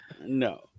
No